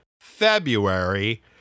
February